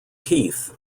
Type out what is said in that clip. keith